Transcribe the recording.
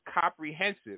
comprehensive